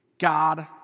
God